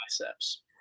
biceps